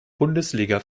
bundesliga